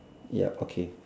yup okay